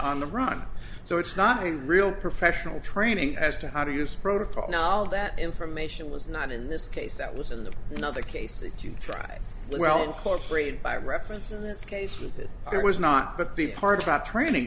on the run so it's not a real professional training as to how to use protocol that information was not in this case that was in the another case that you try well incorporated by reference in this case with it there was not but the part about training